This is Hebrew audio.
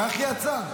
כך יצא.